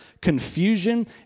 confusion